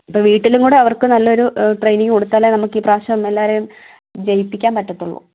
അപ്പം വീട്ടിലും കൂടെ അവർക്ക് നല്ലൊരു ട്രെയ്നിങ് കൊടുത്താലേ നമുക്ക് ഇപ്രാവശ്യം എല്ലാവരെയും ജയിപ്പിക്കാൻ പറ്റത്തുള്ളൂ